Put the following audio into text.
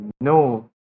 no